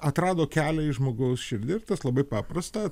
atrado kelią į žmogaus širdį ir tas labai paprasta